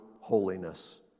holiness